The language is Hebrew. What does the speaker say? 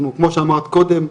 כמו שאמרת קודם,